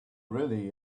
really